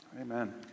amen